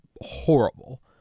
horrible